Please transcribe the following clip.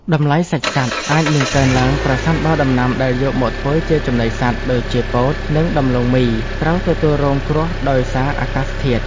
តម្លៃសាច់សត្វអាចនឹងកើនឡើងប្រសិនបើដំណាំដែលយកមកធ្វើជាចំណីសត្វដូចជាពោតនិងដំឡូងមីត្រូវទទួលរងគ្រោះដោយសារអាកាសធាតុ។